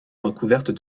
recouverte